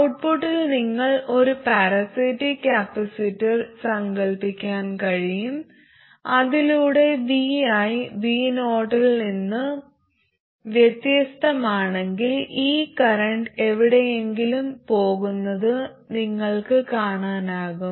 ഔട്ട്പുട്ടിൽ നിങ്ങൾക്ക് ഒരു പാരാസൈറ്റിക് കപ്പാസിറ്റർ സങ്കൽപ്പിക്കാൻ കഴിയും അതിലൂടെ vi vo ൽ നിന്ന് വ്യത്യസ്തമാണെങ്കിൽ ഈ കറന്റ് എവിടെയെങ്കിലും പോകുന്നത് നിങ്ങൾക്ക് കാണാനാകും